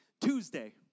Tuesday